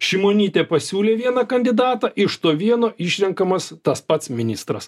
šimonytė pasiūlė vieną kandidatą iš to vieno išrenkamas tas pats ministras